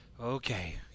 Okay